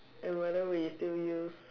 and whether we still use